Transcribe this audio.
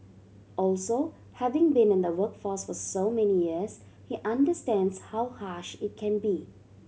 also having been in the workforce for so many years he understands how harsh it can be